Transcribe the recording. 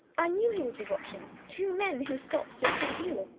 i knew he would be watching two men who stopped to see you,